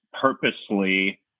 purposely